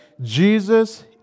Jesus